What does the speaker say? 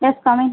yes come in